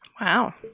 Wow